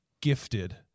gifted